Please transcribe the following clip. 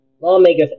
Lawmakers